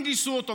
גייסו גם אותו,